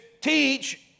Teach